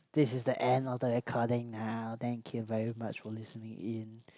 this is the end of the recording now thank you very much for listening in